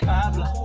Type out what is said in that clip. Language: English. Pablo